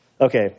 Okay